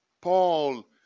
Paul